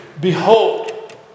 Behold